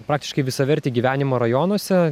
praktiškai visavertį gyvenimą rajonuose